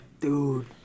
dude